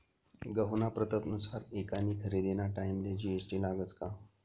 गहूना प्रतनुसार ईकानी खरेदीना टाईमले जी.एस.टी लागस का?